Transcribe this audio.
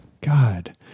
god